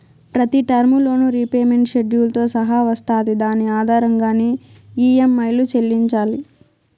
ప్రతి term loan repayment షెడ్యూల్తో సహా వస్తాది దాని ఆధారంగానే ఈ.యం.ఐలు చెల్లించాలి